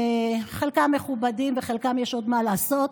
חלקם מכובדים ובחלקם יש עוד מה לעשות,